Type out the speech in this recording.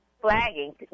flagging